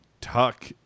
Tuck